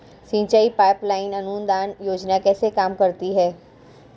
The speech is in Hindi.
सिंचाई पाइप लाइन अनुदान योजना कैसे काम करती है?